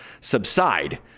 subside